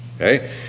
Okay